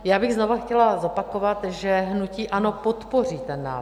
Já bych znovu chtěla zopakovat, že hnutí ANO podpoří ten návrh.